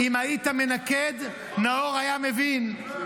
אם היית מנקד, נאור היה מבין.